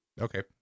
Okay